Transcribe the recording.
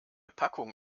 packung